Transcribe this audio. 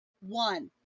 One